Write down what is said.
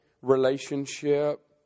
relationship